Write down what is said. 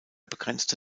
begrenzte